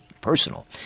personal